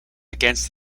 against